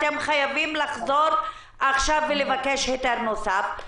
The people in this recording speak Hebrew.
עכשיו חייבים לחזור עכשיו ולבקש היתר נוסף?